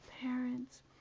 parents